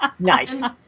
Nice